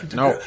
no